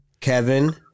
Kevin